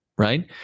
right